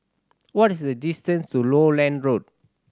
what is the distance to Lowland Road